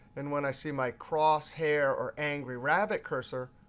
and when i see my crosshair or angry rabbit cursor,